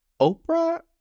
Oprah